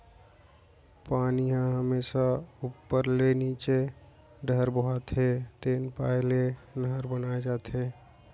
पानी ह हमेसा उप्पर ले नीचे डहर बोहाथे तेन पाय ले नहर बनाए जाथे